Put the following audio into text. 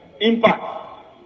impact